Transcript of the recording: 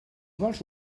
vols